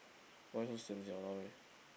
why so sian sia !walao eh!